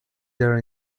there